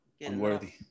Unworthy